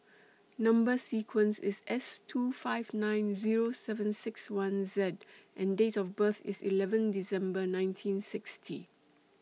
Number sequence IS S two five nine Zero seven six one Z and Date of birth IS eleven December nineteen sixty